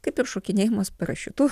kaip ir šokinėjimas parašiutu